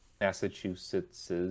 Massachusetts